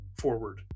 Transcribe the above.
forward